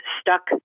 stuck